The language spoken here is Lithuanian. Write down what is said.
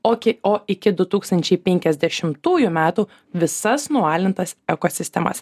oki o iki du tūkstančiai penkiasdešimtųjų metų visas nualintas ekosistemas